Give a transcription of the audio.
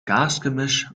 gasgemischs